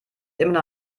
immer